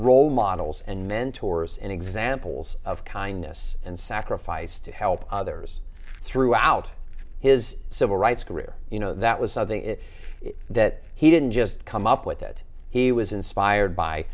role models and mentors and examples of kindness and sacrifice to help others throughout his civil rights career you know that was it that he didn't just come up with it he was inspired by